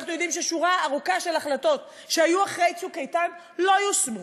ואנחנו יודעים ששורה ארוכה של החלטות שהיו אחרי "צוק איתן" לא יושמו.